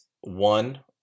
One